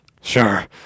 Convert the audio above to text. Sure